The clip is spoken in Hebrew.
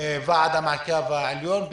ועדת המעקב העליון,